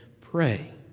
pray